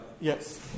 Yes